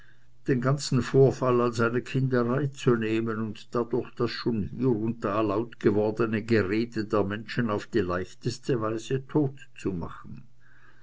den ganzen vorfall als eine kinderei zu nehmen und dadurch das schon hier und da laut gewordene gerede der menschen auf die leichteste weise totzumachen